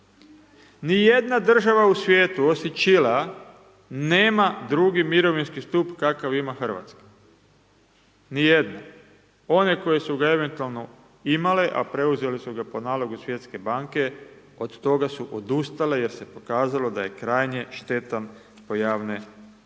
Ni jedna država u svijetu, osim Čilea, nema 2. mirovinski stup kakva ima Hrvatska, ni jedna. One koje su ga eventualno imale, a preuzele su ga po nalogu Svjetske banke, od toga su odustale, jer se pokazalo da je krajnje štetan po javne financije.